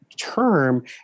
term